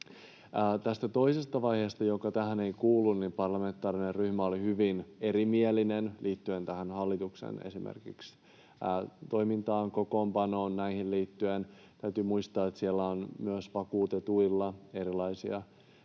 Tästä toisesta vaiheesta, joka tähän ei kuulu, parlamentaarinen ryhmä oli hyvin erimielinen, liittyen esimerkiksi hallituksen toimintaan, kokoonpanoon, näihin liittyen — täytyy muistaa, että siellä on myös vakuutetuilla erilaisia edustuksia